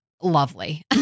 Lovely